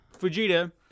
Fujita